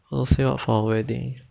for our wedding